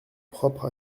propre